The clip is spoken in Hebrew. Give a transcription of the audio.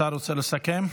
השר רוצה לסכם?